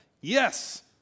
Yes